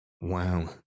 Wow